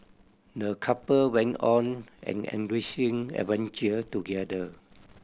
the couple went on an enriching adventure together